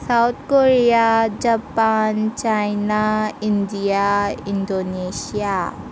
south Korea Japan China India Indonesia